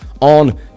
on